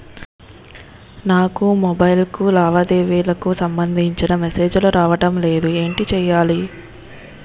నాకు మొబైల్ కు లావాదేవీలకు సంబందించిన మేసేజిలు రావడం లేదు ఏంటి చేయాలి?